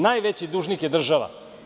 Najveći dužnik je država.